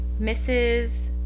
Mrs